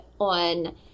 on